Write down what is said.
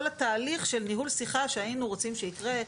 התהליך של ניהול שיחה שהיינו רוצים שיקרה,